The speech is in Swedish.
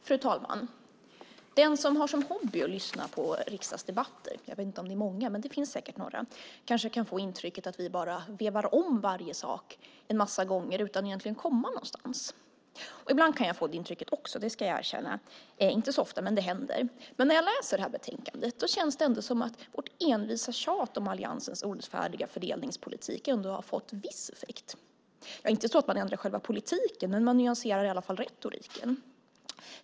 Fru talman! Den som har som hobby att lyssna på riksdagsdebatter - jag vet inte om det är många, men det finns säkert några - kanske kan få intrycket att vi bara vevar om varje sak en massa gånger utan att egentligen komma någonstans. Ibland kan även jag få det intrycket, det ska jag erkänna. Det är inte så ofta, men det händer. När jag läser detta betänkande känns det dock som om vårt envisa tjat om alliansens orättfärdiga fördelningspolitik trots allt gett viss effekt. Ja, inte så att man ändrar själva politiken, men man nyanserar åtminstone retoriken.